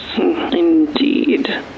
Indeed